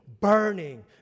burning